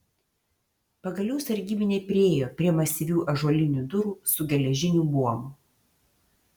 pagaliau sargybiniai priėjo prie masyvių ąžuolinių durų su geležiniu buomu